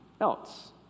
else